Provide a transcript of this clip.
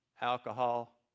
alcohol